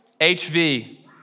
HV